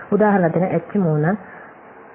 ഉദാഹരണത്തിന് h 3 10